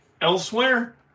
elsewhere